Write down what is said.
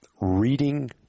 reading